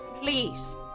please